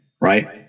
right